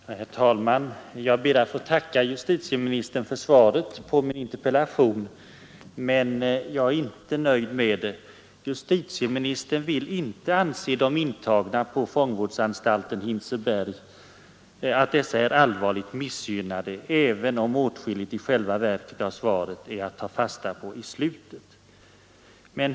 Herr talman! Jag ber att få tacka justitieministern för svaret på min interpellation, men jag är inte nöjd med svaret. Justitieministern vill inte anse att de intagna på fångvårdsanstalten Hinseberg är allvarligt missgynnade — även om åtskilligt i själva slutet av svaret är att ta fasta på.